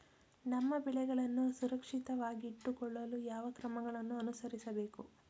ನಮ್ಮ ಬೆಳೆಗಳನ್ನು ಸುರಕ್ಷಿತವಾಗಿಟ್ಟು ಕೊಳ್ಳಲು ಯಾವ ಕ್ರಮಗಳನ್ನು ಅನುಸರಿಸಬೇಕು?